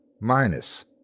Minus